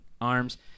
arms